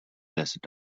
desert